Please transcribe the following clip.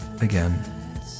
again